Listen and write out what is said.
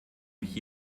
mich